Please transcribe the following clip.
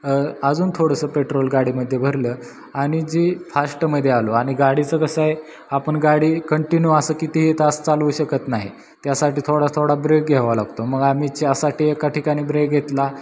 अजून थोडंसं पेट्रोल गाडीमध्ये भरलं आणि जी फास्टमध्ये आलो आणि गाडीचं कसं आहे आपण गाडी कंटिन्यू असं कितीही तास चालवू शकत नाही त्यासाठी थोडा थोडा ब्रेक घ्यावा लागतो मग आम्ही चहासाठी एका ठिकाणी ब्रेक घेतला